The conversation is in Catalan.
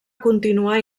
continuar